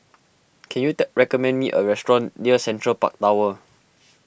can you day recommend me a restaurant near Central Park Tower